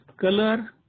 Color